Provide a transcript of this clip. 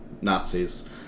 Nazis